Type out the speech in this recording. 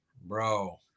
bro